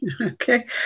Okay